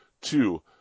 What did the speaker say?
Two